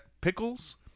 pickles